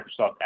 Microsoft